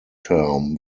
term